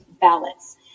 ballots